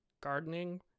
gardening